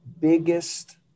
biggest